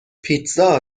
پیتزا